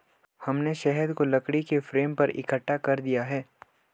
हमने शहद को लकड़ी के फ्रेम पर इकट्ठा कर दिया है